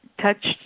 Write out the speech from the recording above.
touched